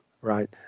Right